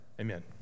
Amen